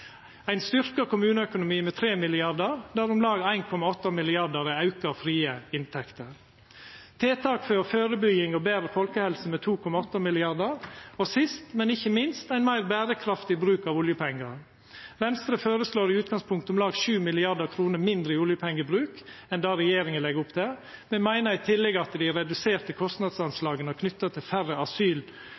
ein styrkt kommuneøkonomi med 3 mrd. kr, der om lag 1,8 mrd. kr er auka frie inntekter, tiltak for førebygging og betre folkehelse med 2,8 mrd. kr, og sist, men ikkje minst, ein meir berekraftig bruk av oljepengar. Venstre føreslår i utgangspunktet om lag 7 mrd. kr mindre i oljepengebruk enn det regjeringa legg opp til. Me meiner i tillegg at dei reduserte kostnadsanslaga knytte til færre